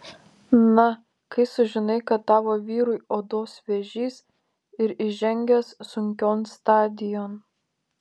na kai sužinai kad tavo vyrui odos vėžys ir įžengęs sunkion stadijon